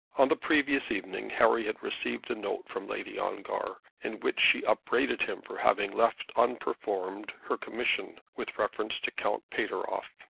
on the previous evening harry had received a note from lady ongar, in which she upbraided him for having left unperformed her commission with reference to count pateroff.